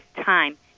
time